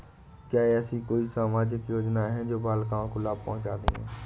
क्या ऐसी कोई सामाजिक योजनाएँ हैं जो बालिकाओं को लाभ पहुँचाती हैं?